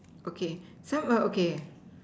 okay so okay